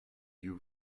you